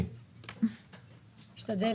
משתדלת.